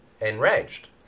enraged